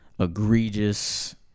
egregious